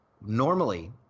Normally